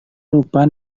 lupa